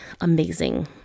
amazing